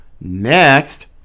Next